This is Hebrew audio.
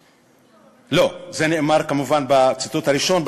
לא, זה נאמר, כמובן, בציטוט הראשון.